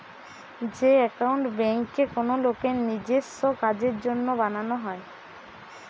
যে একাউন্ট বেঙ্কে কোনো লোকের নিজেস্য কাজের জন্য বানানো হয়